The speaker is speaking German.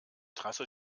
trasse